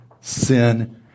sin